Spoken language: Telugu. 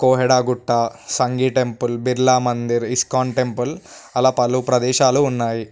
కోహిడా గుట్ట Sanghi temple Birla Mandir ISKCON temple అలా పలు ప్రదేశాలు ఉన్నాయి